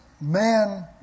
man